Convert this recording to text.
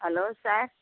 hello sir